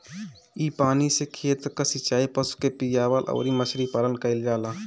इ पानी से खेत कअ सिचाई, पशु के पियवला अउरी मछरी पालन कईल जाला